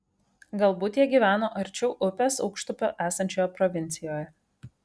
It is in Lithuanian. galbūt jie gyveno arčiau upės aukštupio esančioje provincijoje